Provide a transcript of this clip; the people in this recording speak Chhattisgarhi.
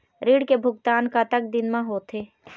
ऋण के भुगतान कतक दिन म होथे?